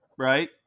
Right